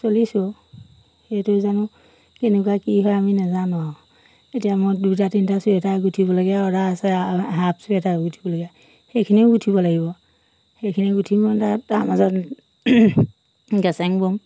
চলিছোঁ সেইটো জানো কেনেকুৱা কি হয় আমি নাজানো আৰু এতিয়া মই দুটা তিনিটা চুৱেটাৰ গুঠিবলগীয়া অৰ্ডাৰ আছে হাফ চুৱেটাৰ গুঠিবলগীয়া সেইখিনিও গুঠিব লাগিব সেইখিনি গুঠি মই তাত তাৰ মাজত গেছেং বম